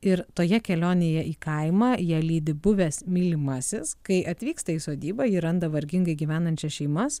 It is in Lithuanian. ir toje kelionėje į kaimą ją lydi buvęs mylimasis kai atvyksta į sodybą ji randa vargingai gyvenančias šeimas